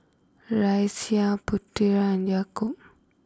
Raisya Putera and Yaakob